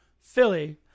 Philly